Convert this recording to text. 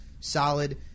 solid